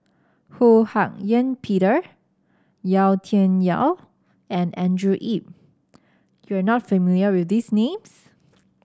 Ho Hak Ean Peter Yau Tian Yau and Andrew Yip you are not familiar with these names